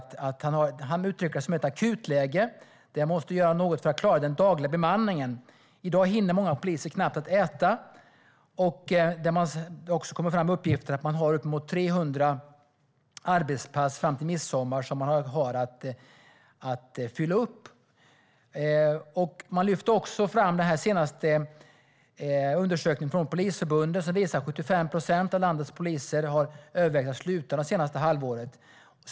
Han uttrycker det som ett akutläge. Det måste göras något för att klara den dagliga bemanningen. I dag hinner många poliser knappt äta. Det har kommit fram uppgifter om att man har uppemot 300 arbetspass fram till midsommar att fylla. Man lyfter också fram den senaste undersökningen från Polisförbundet som visar att 75 procent av landets poliser det senaste halvåret har övervägt att sluta.